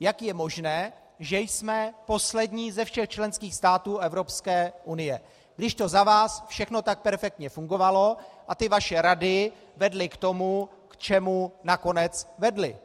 Jak je možné, že jsme poslední ze všech členských států Evropské unie, když to za vás tak perfektně fungovalo a ty vaše rady vedly k tomu, k čemu nakonec vedly?